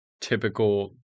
typical